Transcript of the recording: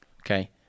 okay